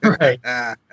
Right